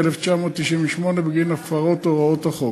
התשנ"ח 1998, בגין הפרת הוראות החוק.